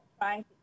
trying